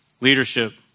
leadership